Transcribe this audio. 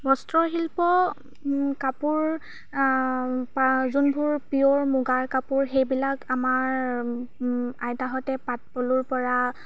বস্ত্ৰ শিল্প কাপোৰ পা যোনবোৰ পিয়ৰ মুগাৰ কাপোৰ সেইবিলাক আমাৰ আইতাহঁতে পাট পলুৰ পৰা